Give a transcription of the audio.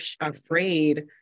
afraid